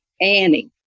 Annie